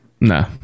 No